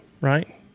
right